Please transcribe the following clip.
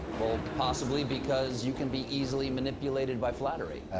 well, possibly because you can be easily manipulated by flattery.